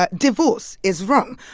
ah divorce is wrong.